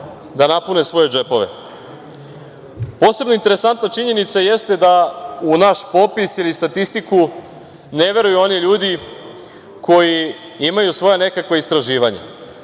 da napune svoje džepove. Posebno interesantna činjenica jeste da u naš popis ili statistiku ne veruju oni ljudi koji imaju svoja nekakva istraživanja